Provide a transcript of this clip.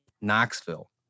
Knoxville